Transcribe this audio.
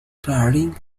darling